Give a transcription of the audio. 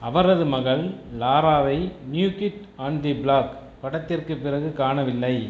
அவரது மகள் லாராவை new kid on the block படத்திற்குப் பிறகு காணவில்லை